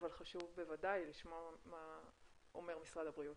אבל חשוב בוודאי לשמוע מה אומר משרד הבריאות.